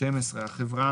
ידע אבטחתי 12. החברה,